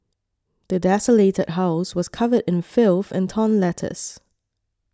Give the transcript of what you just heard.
the desolated house was covered in filth and torn letters